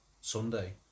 Sunday